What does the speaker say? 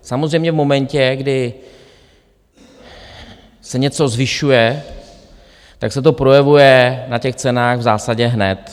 Samozřejmě v momentě, kdy se něco zvyšuje, tak se to projevuje na těch cenách v zásadě hned.